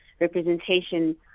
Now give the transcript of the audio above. representation